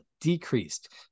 decreased